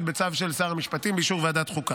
בצו של שר המשפטים ובאישור ועדת החוקה.